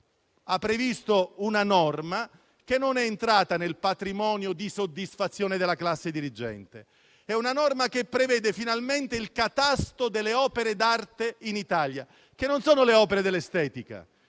ha previsto una norma che non è entrata nel patrimonio di soddisfazione della classe dirigente: è una norma che prevede finalmente il catasto delle opere d'arte in Italia, che non sono le opere dell'estetica